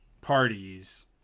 parties